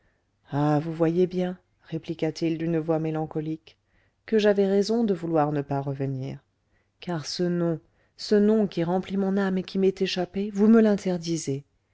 ah vous voyez bien répliqua-t-il d'une voix mélancolique que j'avais raison de vouloir ne pas revenir car ce nom ce nom qui remplit mon âme et qui m'est échappé vous me l'interdisez